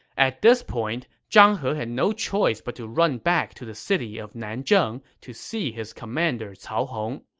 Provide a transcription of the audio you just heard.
at this point, zhang he had no choice but to run back to the city of nanzheng to see his commander cao hong.